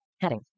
Heading